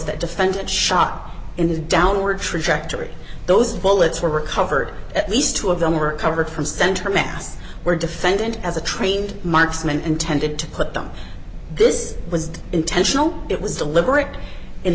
that defendant shot in his downward trajectory those bullets were recovered at least two of them were covered from center mass where defendant as a trained marksman intended to put them this was intentional it was deliberate and